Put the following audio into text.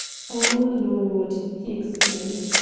oh, lord! he exclaimed,